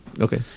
okay